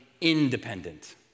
independent